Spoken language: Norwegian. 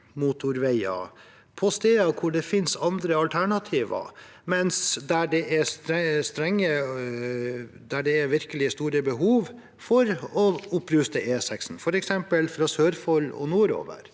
motorveier på steder hvor det finnes andre alternativer, mens der det virkelig er store behov for å oppruste E6 – f.eks. fra Sørfold og nordover,